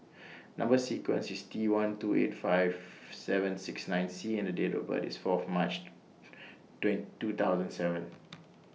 Number sequence IS T one two eight five seven six nine C and Date of birth IS Fourth March two thousand and seven